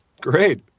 Great